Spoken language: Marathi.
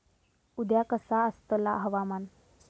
उद्या कसा आसतला हवामान?